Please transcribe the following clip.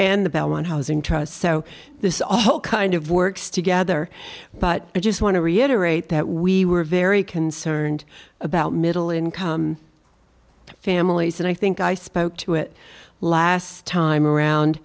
and the belmont housing trust so this all kind of works together but i just want to reiterate that we were very concerned about middle income families and i think i spoke to it last time around